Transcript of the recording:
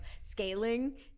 scaling